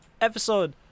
Episode